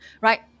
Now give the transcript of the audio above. right